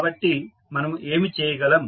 కాబట్టి మనము ఏమి చేయగలం